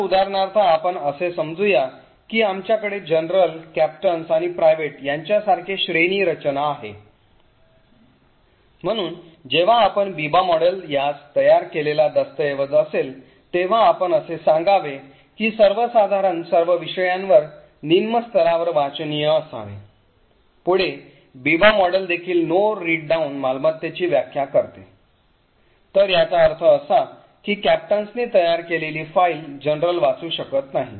तर उदाहरणार्थ आपण असे म्हणूया की आमच्याकडे general captains आणि private यांच्यासारखे श्रेणी रचना आहे म्हणून जेव्हा आपण बीबा मॉडेल यास तयार केलेला दस्तऐवज असेल तेव्हा आपण असे सांगावे की सर्वसाधारण सर्व विषयांवर निम्न स्तरावर वाचनीय असावे पुढे बीबा मॉडेल देखील no read down मालमत्तेची व्याख्या करते तर याचा अर्थ असा की captains नी तयार केलेली फाईल general वाचू शकत नाही